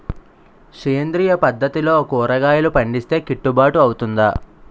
సేంద్రీయ పద్దతిలో కూరగాయలు పండిస్తే కిట్టుబాటు అవుతుందా?